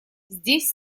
здесь